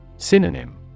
Synonym